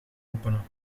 openen